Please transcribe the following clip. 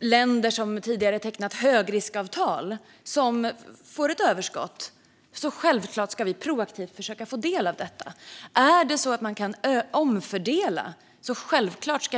länder som tidigare har tecknat högriskavtal och som får ett överskott ska vi självklart proaktivt försöka att få del av detta. Är det så att man kan omfördela ska vi självklart